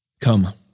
Come